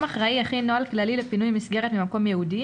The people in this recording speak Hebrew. אחראי יכין נוהל כללי לפינוי מסגרת ממקום ייעודי,